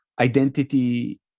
identity